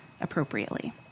appropriately